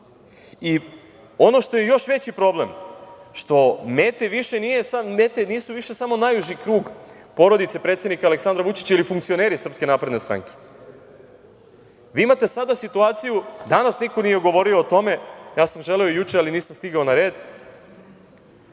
što je još veći problem, što mete više nisu samo najuži krug porodice predsednika Aleksandra Vučića ili funkcioneri SNS. Vi imate sada situaciju, danas niko nije govorio o tome, ja sam želeo juče, ali nisam stigao na red,